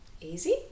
easy